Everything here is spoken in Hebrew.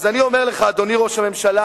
אז אני אומר לך, אדוני ראש הממשלה: